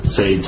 say